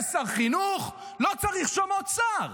יש שר חינוך, לא צריך שם עוד שר.